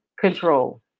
control